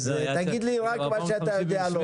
אז תגיד לי רק מה שאתה יודע לומר.